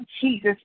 Jesus